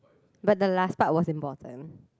but the last part was important